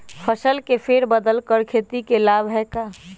फसल के फेर बदल कर खेती के लाभ है का?